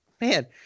man